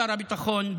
שר הביטחון,